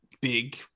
big